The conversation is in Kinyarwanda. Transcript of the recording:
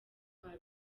kwa